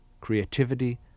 creativity